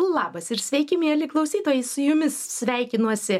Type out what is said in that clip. labas ir sveiki mieli klausytojai su jumis sveikinuosi